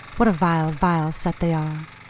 what a vile, vile set they are!